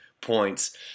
points